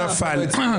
נפל.